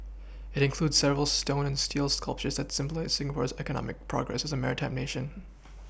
it includes several stone and steel sculptures that symbolise Singapore's economic progress as a maritime nation